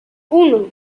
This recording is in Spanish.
uno